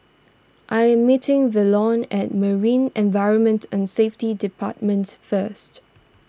I am meeting Velon at Marine Environment and Safety Departments first